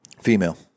Female